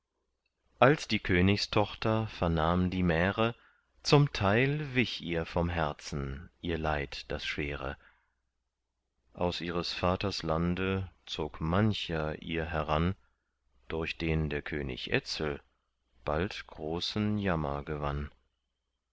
als die königstochter vernahm die märe zum teil wich ihr vom herzen ihr leid das schwere aus ihres vaters lande zog mancher ihr heran durch den der könig etzel bald großen jammer gewann